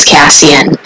Cassian